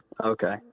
Okay